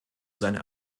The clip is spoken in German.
seine